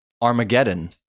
armageddon